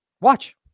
Watch